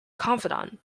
confidant